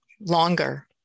longer